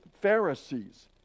Pharisees